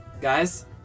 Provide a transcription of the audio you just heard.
guys